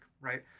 right